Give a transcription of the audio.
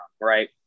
right